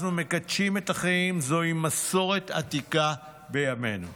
אנחנו מקדשים את החיים, זוהי מסורת עתיקה בעמנו".